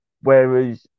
Whereas